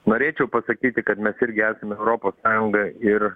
norėčiau pasakyti kad mes irgi esame europos sąjunga ir